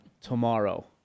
tomorrow